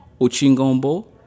Ochingombo